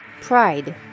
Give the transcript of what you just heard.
Pride